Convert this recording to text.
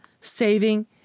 saving